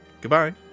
Goodbye